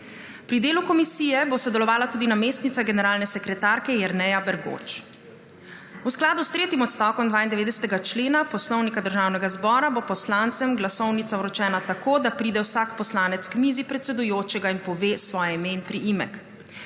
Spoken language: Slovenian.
Pri delu komisije bo sodelovala tudi namestnica generalne sekretarke Jerneja Bergoč. V skladu s tretjim odstavkom 92. člena Poslovnika Državnega zbora bo poslancem glasovnica vročena tako, da pride vsak poslanec k mizi predsedujočega in pove svoje ime in priimek.